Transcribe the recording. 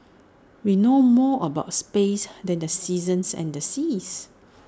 we know more about space than the seasons and the seas